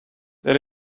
there